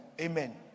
Amen